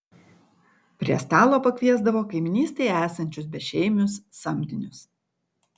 prie stalo pakviesdavo kaimynystėje esančius bešeimius samdinius